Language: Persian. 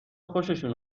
خوششون